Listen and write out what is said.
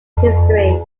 history